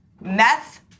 meth